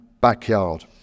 backyard